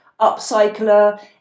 upcycler